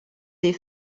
des